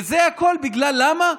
והכול למה?